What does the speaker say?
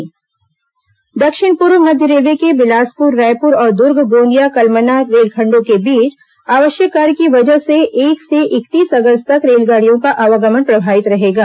train परिचालन दक्षिण पूर्व मध्य रेलवे के बिलासपुर रायपुर और दुर्ग गोंदिया कलमना रेलखंडों के बीच आवश्यक कार्य की वजह से एक से इकतीस अगस्त तक रेलगाड़ियों का आवागमन प्रभावित रहेगा